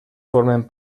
formen